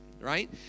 right